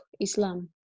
Islam